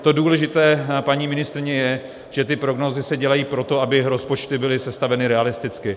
To důležité, paní ministryně, je, že ty prognózy se dělají proto, aby rozpočty byly sestaveny realisticky.